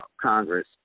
Congress